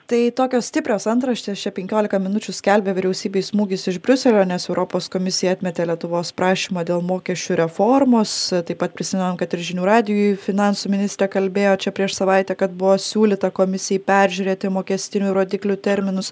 tai tokios stiprios antraštės penkiolika minučių skelbė vyriausybei smūgis iš briuselio nes europos komisija atmetė lietuvos prašymą dėl mokesčių reformos taip pat prisimenam kad ir žinių radijui finansų ministrė kalbėjo čia prieš savaitę kad buvo siūlyta komisijai peržiūrėti mokestinių rodiklių terminus